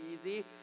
easy